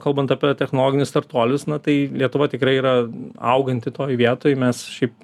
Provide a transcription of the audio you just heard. kalbant apie technologinius startuolius na tai lietuva tikrai yra auganti toj vietoj mes šiaip